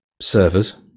servers